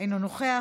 אינו נוכח,